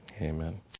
Amen